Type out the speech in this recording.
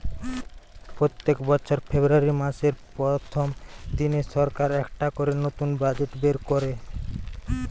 পোত্তেক বছর ফেব্রুয়ারী মাসের প্রথম দিনে সরকার একটা করে নতুন বাজেট বের কোরে